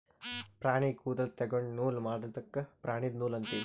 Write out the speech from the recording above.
ಪ್ರಾಣಿ ಕೂದಲ ತೊಗೊಂಡು ನೂಲ್ ಮಾಡದ್ಕ್ ಪ್ರಾಣಿದು ನೂಲ್ ಅಂತೀವಿ